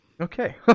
okay